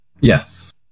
Yes